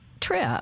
trip